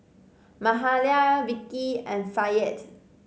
Mahalia Vicki and Fayette